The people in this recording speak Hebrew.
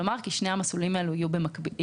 כלומר, שני המסלולים האלה יהיו במקביל.